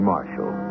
Marshall